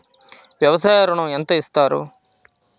వ్యవసాయ ఋణం ఎంత ఇస్తారు?